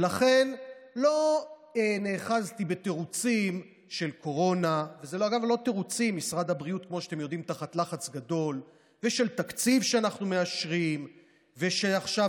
ולכן אני ממליץ בחום שאנחנו נשב יחדיו,